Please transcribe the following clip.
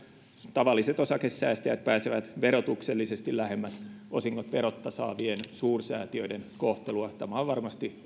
tavalliset osakesäästäjät pääsevät verotuksellisesti lähemmäs osingot verotta saavien suursäätiöiden kohtelua tämä on varmasti